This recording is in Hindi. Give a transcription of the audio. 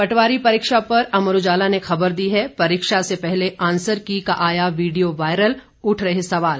पटवारी परीक्षा पर अमर उजाला ने खबर दी है परीक्षा से पहले आंसर की का आया वीडियो वायरल उठ रहे सवाल